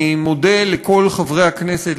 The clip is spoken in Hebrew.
אני מודה לכל חברי הכנסת,